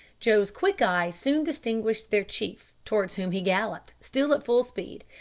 joe's quick eye soon distinguished their chief, towards whom he galloped, still at full speed,